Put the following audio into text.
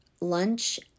lunch